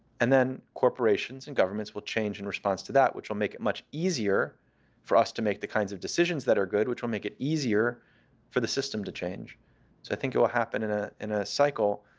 and then corporations and governments will change in response to that, which will make it much easier for us to make the kinds of decisions that are good, which will make it easier for the system to change. so i think it will happen in ah in a cycle,